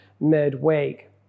midweek